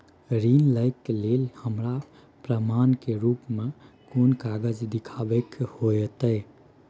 ऋण लय के लेल हमरा प्रमाण के रूप में कोन कागज़ दिखाबै के होतय?